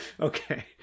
Okay